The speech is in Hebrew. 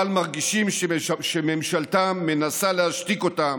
אבל מרגישים שממשלתם מנסה להשתיק אותם